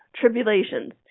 tribulations